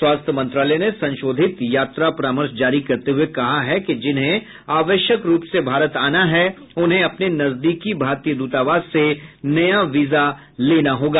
स्वास्थ्य मंत्रालय ने संशोधित यात्रा परामर्श जारी करते हुए कहा है कि जिन्हें आवश्यक रूप से भारत आना है उन्हें अपने नजदीकी भारतीय द्रतावास से नया वीजा लेना होगा